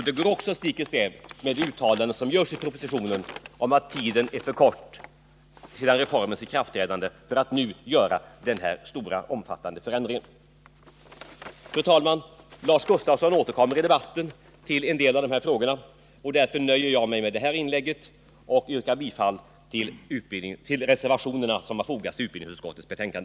Det går också stick i stäv med de uttalanden som görs i propositionen om att den tid som har gått efter reformens ikraftträdande är för kort för att man nu skall göra denna omfattande förändring. Herr talman! Lars Gustafsson återkommer till en del av dessa frågor senare i debatten, och därför nöjer jag mig med detta inlägg och yrkar bifall till reservationerna som är fogade till utbildningsutskottets betänkande.